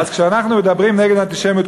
אז כשאנחנו מדברים נגד האנטישמיות,